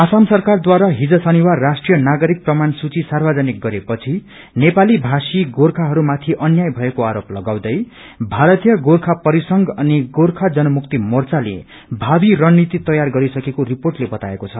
असम सरकार द्वारा हिज शनिवार राष्ट्रिय नागरिक प्रमाण सूचि सार्वजनिक गरेछि नेपाली भाषी गोख्यहरूमाथि अन्याय भएको आरोप लागाउँदै भारीतय गोख्य परिसंघ अनि गोर्खा जनमुक्ति मांच्यले भावि रणनीति तैयार गरिसकेको रिर्पोटले बताएको छ